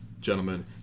gentlemen